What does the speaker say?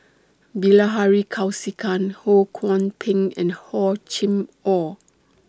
Bilahari Kausikan Ho Kwon Ping and Hor Chim Or